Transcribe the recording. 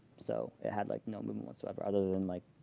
so it had, like, no movement whatsoever. other than, like,